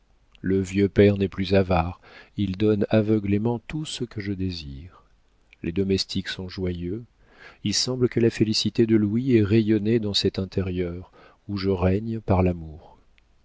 le vieux père n'est plus avare il donne aveuglément tout ce que je désire les domestiques sont joyeux il semble que la félicité de louis ait rayonné dans cet intérieur où je règne par l'amour